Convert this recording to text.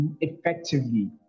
effectively